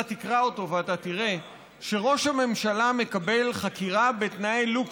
אתה תקרא אותו ותראה שראש הממשלה מקבל חקירה בתנאי לוקסוס.